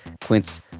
Quince